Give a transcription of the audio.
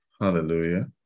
Hallelujah